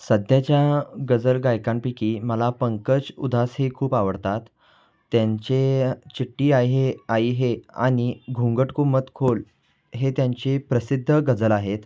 सध्याच्या गजल गायकांपैकी मला पंकज उधास हे खूप आवडतात त्यांचे चिठ्ठी आयी है आयी हे आणि घुंगट को मत खोल हे त्यांचे प्रसिद्ध गजल आहेत